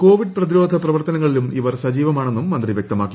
Covid പ്രതിരോധ പ്രവർത്തനങ്ങളിലും ഇവർ സജീവമാണെന്നും മന്ത്രി വൃക്തമാക്കി